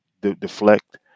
deflect